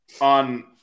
on